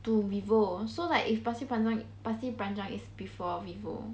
to vivo so like if pasir panjang pasir panjang is before vivo